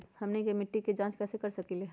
हमनी के मिट्टी के जाँच कैसे कर सकीले है?